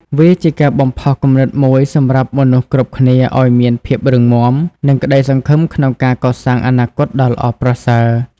វាជាការបំផុសគំនិតមួយសម្រាប់មនុស្សគ្រប់គ្នាឲ្យមានភាពរឹងមាំ និងក្ដីសង្ឃឹមក្នុងការកសាងអនាគតដ៏ល្អប្រសើរ។